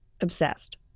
Obsessed